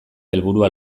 helburua